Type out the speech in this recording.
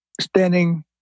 standing